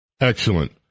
Excellent